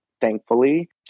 thankfully